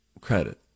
credit